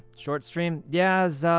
short stream yeah so